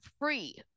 free